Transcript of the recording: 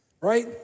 right